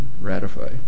ratify